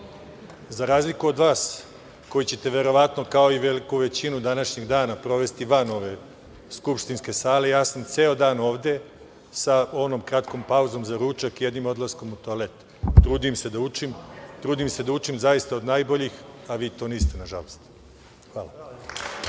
razliku od vas koji ćete verovatno, kao i veliku većinu današnjeg dana provesti van ove Skupštinske sale, ja sam ceo dan ovde, sa onom kratkom pauzom za ručak, jednim odlaskom u toalet. Trudim se da učim zaista od najboljih, a vi to niste nažalost. Hvala.